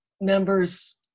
members